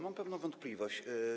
Mam pewną wątpliwość.